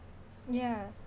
yeah